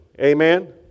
amen